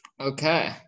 Okay